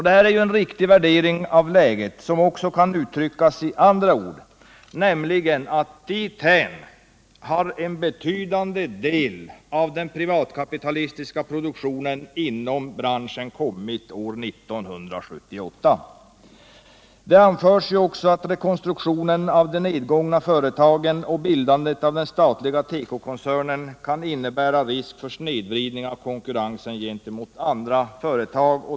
Det här är ju en riktig värdering av läget, som också kan uttryckas i andra ord, nämligen att dithän har en betydande del av den privatkapitalistiska produktionen inom branschen kommit år 1978. Det anförs också att rekonstruktionen av de nedgångna företagen och bildandet av den statliga tekokoncernen kan innebära risk för snedvridning av konkurrensen gentemot andra företag.